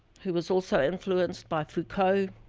who was also influenced by foucault,